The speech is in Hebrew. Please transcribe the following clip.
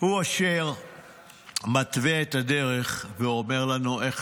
הוא אשר מתווה את הדרך ואומר לנו איך